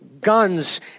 guns